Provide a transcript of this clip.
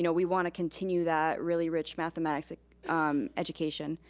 you know we wanna continue that really rich mathematics education.